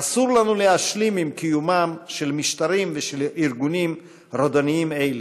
אסור לנו להשלים עם קיומם של משטרים ושל ארגונים רודניים אלה.